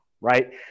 right